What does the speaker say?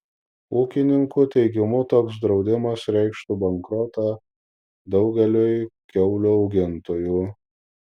ūkininkų teigimu toks draudimas reikštų bankrotą daugeliui kiaulių augintojų